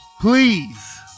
Please